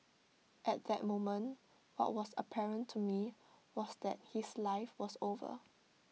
at that moment what was apparent to me was that his life was over